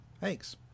Thanks